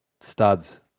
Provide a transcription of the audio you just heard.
studs